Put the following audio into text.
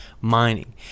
mining